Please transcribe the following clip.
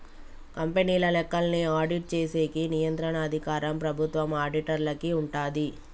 కంపెనీల లెక్కల్ని ఆడిట్ చేసేకి నియంత్రణ అధికారం ప్రభుత్వం ఆడిటర్లకి ఉంటాది